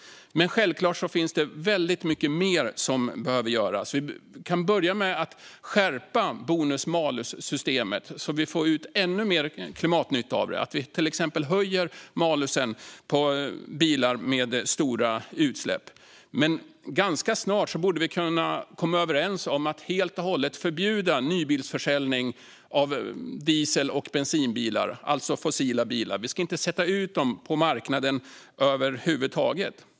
Självklart finns det väldigt mycket mer som behöver göras. Vi kan börja med att skärpa bonus-malus-systemet så att vi får ut ännu mer klimatnytta av det och till exempel höjer malusen för bilar med stora utsläpp. Vi borde ganska snart kunna komma överens om att helt och hållet förbjuda nybilsförsäljning av diesel och bensinbilar, alltså fossildrivna bilar. Vi ska inte sätta ut dem på marknaden över huvud taget.